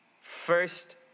first